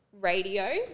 radio